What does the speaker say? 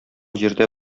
җирдә